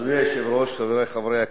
אדוני היושב-ראש, חברי חברי הכנסת,